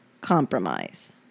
compromise